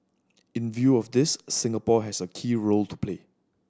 in view of this Singapore has a key role to play